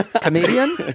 comedian